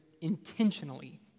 intentionally